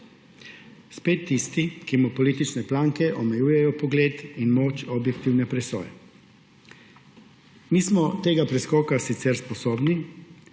Spet tisti, ki mu politične planke omejujejo pogled in moč objektivne presoje. Mi smo tega preskoka sicer sposobni,